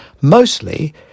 Mostly